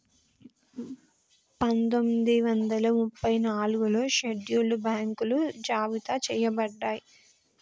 పందొమ్మిది వందల ముప్పై నాలుగులో షెడ్యూల్డ్ బ్యాంకులు జాబితా చెయ్యబడ్డయ్